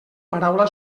paraula